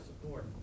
support